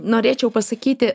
norėčiau pasakyti